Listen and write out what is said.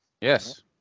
yes